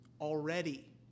already